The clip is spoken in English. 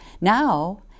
Now